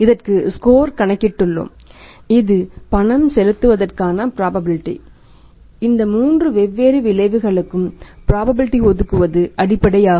இதற்கு ஸ்கோர் கணக்கிட்டுள்ளோம் இது பணம் செலுத்துவதற்கான ப்ராபபிலிடீ ஒதுக்குவது அடிப்படையாகும்